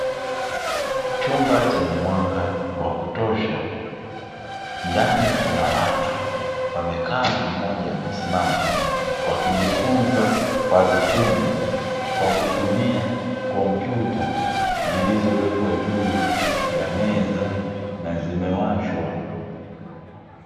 Chumba chenye mwanga wa kutosha, ndani kuna watu wamekaa na mmoja amesimama, wakijifunza kwa vitendo kwa kutumia komputa zilzowekwa juu ya meza na zimewashwa.